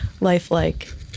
lifelike